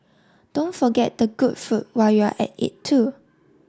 don't forget the good food while you're at it too